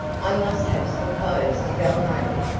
i must have some clothes to go home in.